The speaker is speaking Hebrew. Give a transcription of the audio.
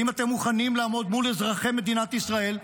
האם אתם מוכנים לעמוד מול אזרחי מדינת ישראל,